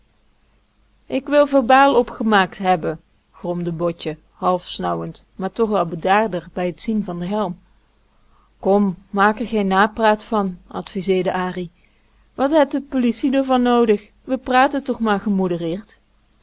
ik wil verbaal opgemaakt hebben gromde botje half snauwend maar toch al bedaarder bij het zien van den helm kom maak r geen napraat van adviseerde an wat het de polisie d'r van noodig we praten toch maar